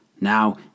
Now